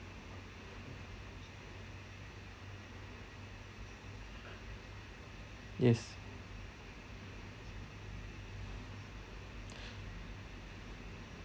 yes